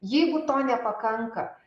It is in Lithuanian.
jeigu to nepakanka